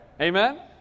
Amen